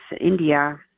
India